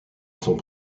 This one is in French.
sont